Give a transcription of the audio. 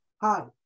hi